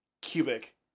cubic